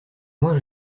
moi